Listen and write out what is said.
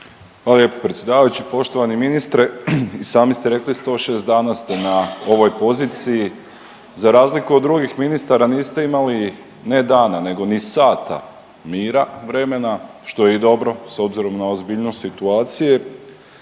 Hvala lijepo predsjedavajući. Poštovani ministre, i sami ste rekli 106 dana ste na ovoj poziciji, za razliku od drugih ministara niste imali ne dana nego ni sata mira vremena što je i dobro s obzirom na ozbiljnost situacije